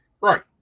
right